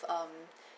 um